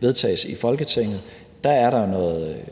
vedtages i Folketinget, er der noget,